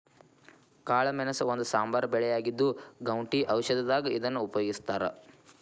ಕಾಳಮೆಣಸ ಒಂದು ಸಾಂಬಾರ ಬೆಳೆಯಾಗಿದ್ದು, ಗೌಟಿ ಔಷಧದಾಗ ಇದನ್ನ ಉಪಯೋಗಸ್ತಾರ